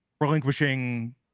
relinquishing